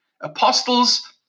Apostles